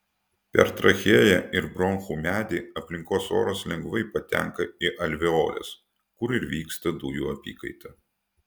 per trachėją ir bronchų medį aplinkos oras lengvai patenka į alveoles kur ir vyksta dujų apykaita